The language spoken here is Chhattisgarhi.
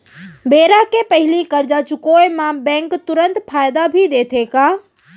बेरा के पहिली करजा चुकोय म बैंक तुरंत फायदा भी देथे का?